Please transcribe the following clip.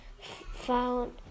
found